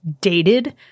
dated